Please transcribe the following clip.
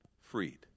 freed